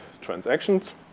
transactions